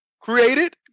created